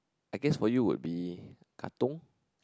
I guess for you would be Katong